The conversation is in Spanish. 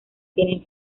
tienen